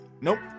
Nope